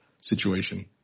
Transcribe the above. situation